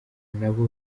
nabo